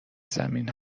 زمین